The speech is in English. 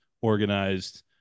organized